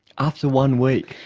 after one week?